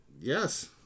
Yes